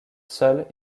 seule